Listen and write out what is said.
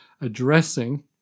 addressing